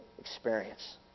experience